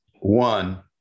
One